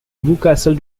newcastle